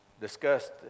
discussed